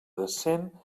decent